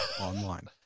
online